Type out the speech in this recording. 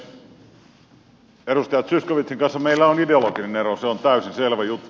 edustaja zyskowiczin kanssa meillä on ideologinen ero se on täysin selvä juttu